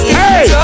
hey